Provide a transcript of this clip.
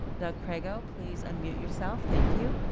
doug crageo, please unmute yourself, thank you.